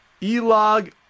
Elog